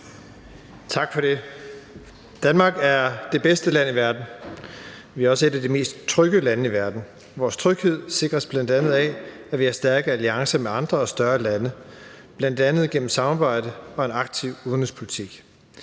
Tak for det. Danmark er det bedste land i verden, og vi er også et af de mest trygge lande i verden. Vores tryghed sikres bl.a. af, at vi har stærke alliancer med andre og større lande, bl.a. gennem samarbejde og en aktiv udenrigspolitik.